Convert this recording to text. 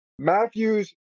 Matthews